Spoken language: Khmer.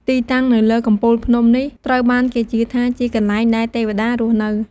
ទីតាំងនៅលើ កំពូលភ្នំ នេះត្រូវបានគេជឿថាជា កន្លែងដែលទេវតារស់នៅ។